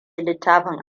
littafin